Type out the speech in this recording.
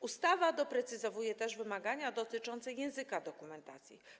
Ustawa doprecyzowuje też wymagania dotyczące języka dokumentacji.